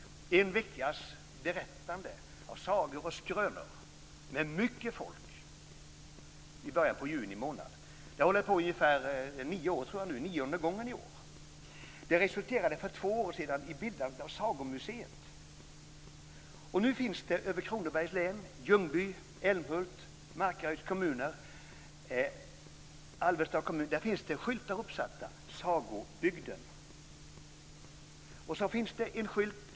Det är en veckas berättande av sagor och skrönor med mycket folk i början av juni månad. Det blir nionde gången i år. Detta resulterade för två år sedan i bildandet av Sagomuseet. Nu finns över Kronobergs län, Ljungby, Älmhult, Markaryd och Alvesta kommuner skyltar uppsatta där det står Sagobygd.